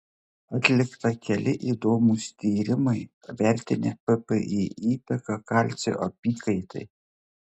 atlikta keli įdomūs tyrimai vertinę ppi įtaką kalcio apykaitai